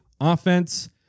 offense